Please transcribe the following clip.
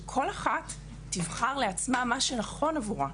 שכל אחת תבחר מה שנכון עבורה.